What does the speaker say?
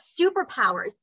superpowers